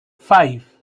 five